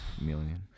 million